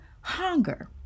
hunger